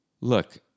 look